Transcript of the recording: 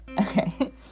Okay